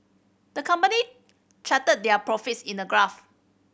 the company charted their profits in a graph